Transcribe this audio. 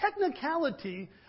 technicality